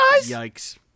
Yikes